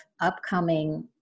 upcoming